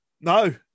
No